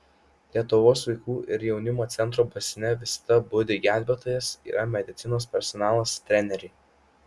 lietuvos vaikų ir jaunimo centro baseine visada budi gelbėtojas yra medicinos personalas treneriai